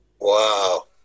wow